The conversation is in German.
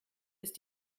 ist